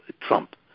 Trump